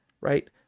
right